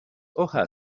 hoja